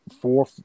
four